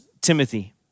Timothy